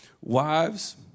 Wives